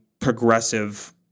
progressive